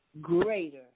Greater